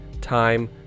time